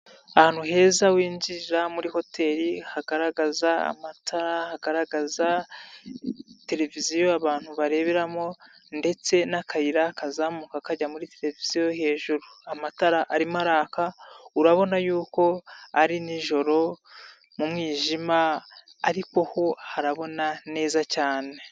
Ahantu heza winjira muri hoteri hagaragaza amatara hagaragaza televiziyo abantu bareberamo ndetse n'akayira kazamuka kajya muri televiziyo hejuru amatara arimo araka urabona yuko ari nijoro mu mwijima ariko ho harabona neza cyane.